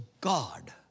God